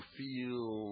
feel